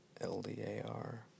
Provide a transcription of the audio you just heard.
L-D-A-R